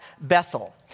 Bethel